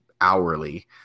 hourly